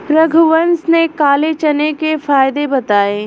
रघुवंश ने काले चने के फ़ायदे बताएँ